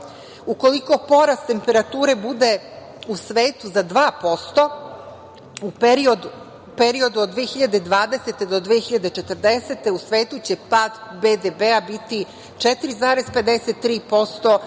U koliko porast temperature bude u svetu za 2%, u periodu od 2020. do 2040. godine, u svetu će pad BDP-a biti 4,53%,